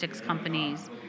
companies